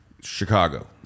Chicago